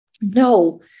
no